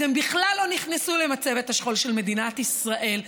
אז הם בכלל לא נכנסו למצבת השכול של מדינת ישראל.